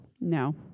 No